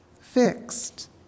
fixed